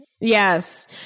Yes